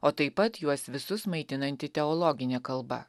o taip pat juos visus maitinanti teologinė kalba